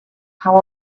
how